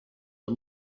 but